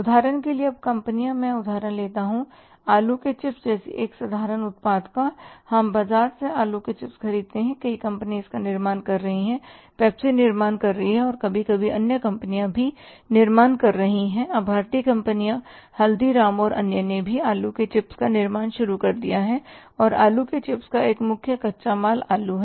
उदाहरण के लिए अब कंपनियां मैं उदाहरण लेता हूं आलू के चिप्स जैसे एक साधारण उत्पाद का हम बाजार से आलू के चिप्स खरीदते हैं कई कंपनियां इसका निर्माण कर रही हैं पेप्सी निर्माण कर रही है और कभी कभी अन्य कंपनियां भी निर्माण कर रही हैं अब भारतीय कंपनियां हल्दीराम और अन्य ने भी आलू के चिप्स का निर्माण भी शुरू कर दिया है और आलू के चिप्स का मुख्य कच्चा माल आलू है